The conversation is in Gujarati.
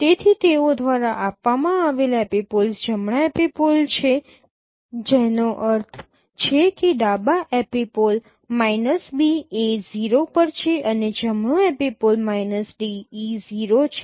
તેથી તેઓ દ્વારા આપવામાં આવેલ એપિપોલ્સ જમણા એપિપોલ છે જેનો અર્થ છે કે ડાબા એપિપોલ b a 0 પર છે અને જમણો એપિપોલ d e 0 છે